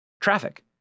traffic